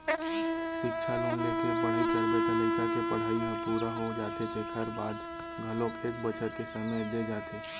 सिक्छा लोन लेके पढ़ई करबे त लइका के पड़हई ह पूरा हो जाथे तेखर बाद घलोक एक बछर के समे दे जाथे